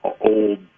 old